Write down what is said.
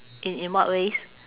in in what ways